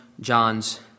John's